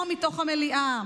פה בתוך המליאה.